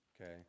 Okay